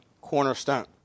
cornerstone